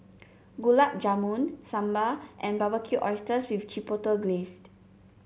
Gulab Jamun Sambar and Barbecued Oysters with Chipotle Glazed